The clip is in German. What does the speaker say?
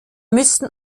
müssen